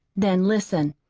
then, listen!